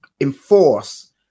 enforce